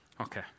Okay